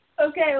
Okay